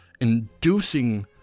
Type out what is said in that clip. inducing